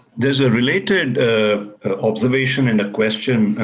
there's a related observation and a question,